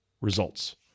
results